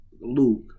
Luke